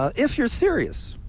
if you're serious.